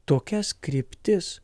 tokias kryptis